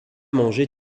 mangé